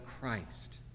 Christ